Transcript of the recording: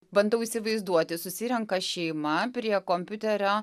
bandau įsivaizduoti susirenka šeima prie kompiuterio